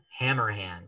Hammerhand